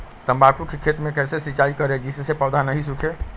तम्बाकू के खेत मे कैसे सिंचाई करें जिस से पौधा नहीं सूखे?